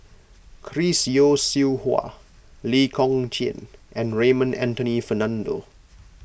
Chris Yeo Siew Hua Lee Kong Chian and Raymond Anthony Fernando